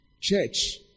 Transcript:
Church